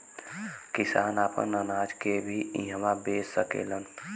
किसान आपन अनाज के भी इहवां बेच सकेलन